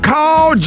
Call